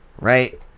right